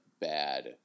bad